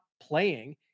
playing